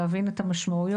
להבין את המשמעויות,